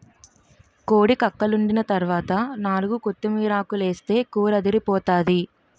కోడి కక్కలోండిన తరవాత నాలుగు కొత్తిమీరాకులేస్తే కూరదిరిపోతాది